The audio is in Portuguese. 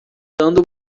andam